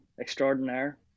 extraordinaire